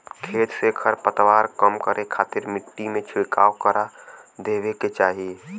खेत से खरपतवार कम करे खातिर मट्टी में छिड़काव करवा देवे के चाही